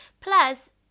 Plus